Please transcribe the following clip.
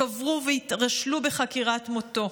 קברו והתרשלו בחקירת מותו.